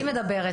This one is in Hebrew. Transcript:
היא מדברת.